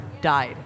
died